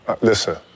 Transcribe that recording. Listen